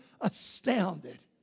astounded